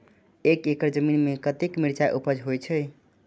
एक एकड़ जमीन में कतेक मिरचाय उपज होई छै?